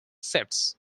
sets